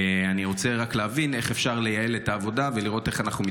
אני רוצה רק להבין איך אפשר לייעל את העבודה ולראות איך אנחנו מתקדמים,